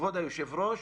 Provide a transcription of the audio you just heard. כבוד היושב ראש,